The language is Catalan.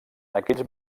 aquells